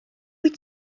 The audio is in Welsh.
wyt